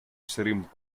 shrimp